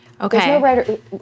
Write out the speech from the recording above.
Okay